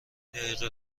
دقیقه